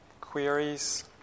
queries